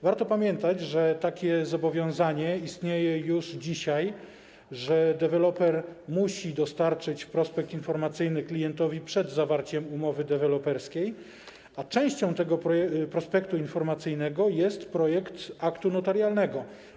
Warto pamiętać, że takie zobowiązanie istnieje już dzisiaj, że deweloper musi dostarczyć prospekt informacyjny klientowi przed zawarciem umowy deweloperskiej, a częścią tego prospektu informacyjnego jest projekt aktu notarialnego.